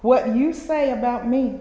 what you say about me